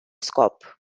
scop